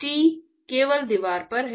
t केवल दीवार पर है